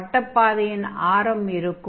வட்டப் பாதையின் ஆரம் இருக்கும்